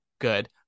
good